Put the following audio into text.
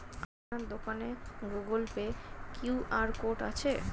আপনার দোকানে Google Pay QR code আছে?